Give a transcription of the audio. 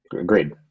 agreed